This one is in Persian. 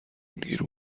میگیره